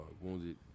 wounded